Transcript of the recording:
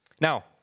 Now